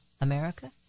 America